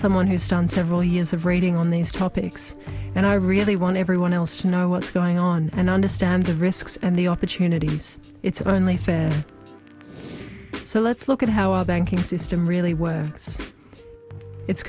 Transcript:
someone who has done several years of rating on these topics and i really want everyone else to know what's going on and understand the risks and the opportunities it's only fair so let's look at how our banking system really